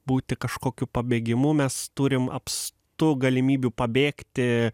būti kažkokiu pabėgimu mes turim apstu galimybių pabėgti